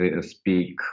speak